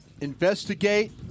investigate